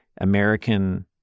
American